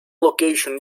location